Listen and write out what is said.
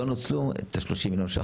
לא נוצלו את ה-30 מיליון ₪,